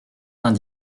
vingt